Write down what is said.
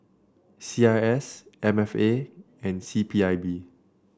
C I S M F A and C P I B